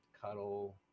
cuddle